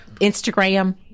Instagram